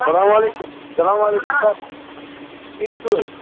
سلام علیکُم سَلام علیکُم سَر ٹھیٖک چھُو حظ